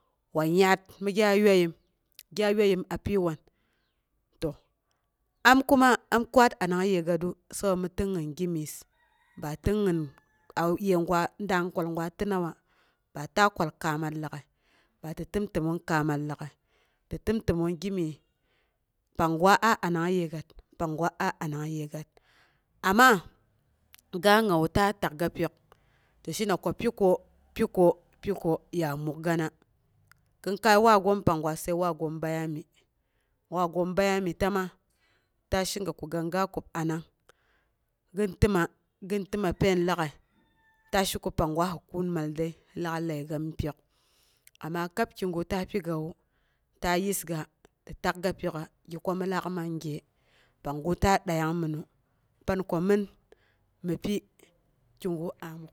Wan yatmi gya yuaiyum gya yuaiyum a piyi wan? To am kuma am kwat anang yegassu sabo mi tɨnn gi gimyes ba tinngin dang kwal gira, ta nama ba ta kwal kaamat lag'ai, tɨ təmtəmong kaama lag'ai ti təmtəmong gimyes. Panggwa a anang yəgat, panggwa a anang yegat. Amma ga ngawu ta takga pyok ti shena ko pi ko, pi ko, pi ko, ya mukgana. Kin kai waagom, pangwa sai waagom bayami, waagoom bayami tama ta jhemin ko kangga kub anang gin təna pain lagai. Ta sheko panggwa sa koon mal dəi. Si lak ləiga mi pyok, ama kab kigu ta pigawu, ta yisga takga pyok'a, gi kwa min laau man gye pangngu ta dəiyong mɨnu. Pan ko mɨn, mi pi kigu am saamu